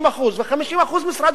ו-50% משרד הבריאות.